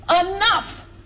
enough